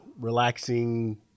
relaxing